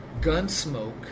Gunsmoke